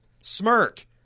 smirk